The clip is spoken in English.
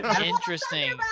Interesting